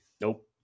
Nope